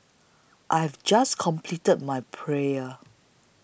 I have just completed my prayer